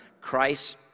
Christ